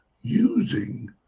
using